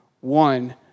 one